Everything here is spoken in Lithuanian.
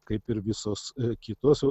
kaip ir visos kitos